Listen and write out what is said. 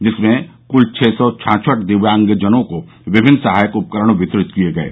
जिसमें कुल छः सौ छाछठ दिव्यांगजनों को विभिन्न सहायक उपकरण वितरित किये गये